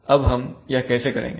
अब हम यह कैसे करेंगे